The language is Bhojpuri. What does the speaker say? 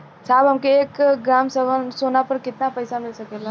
साहब हमके एक ग्रामसोना पर कितना पइसा मिल सकेला?